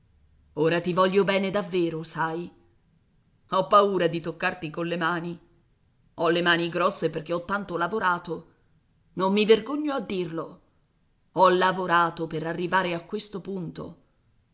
ora ti voglio bene davvero sai ho paura di toccarti colle mani ho le mani grosse perché ho tanto lavorato non mi vergogno a dirlo ho lavorato per arrivare a questo punto